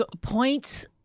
points